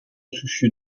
soucieux